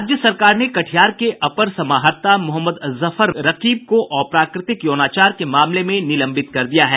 राज्य सरकार ने कटिहार के अपर समाहर्ता मोहम्मद जफर रकीब को अप्राकृतिक यौनाचार के मामले में निलंबित कर दिया है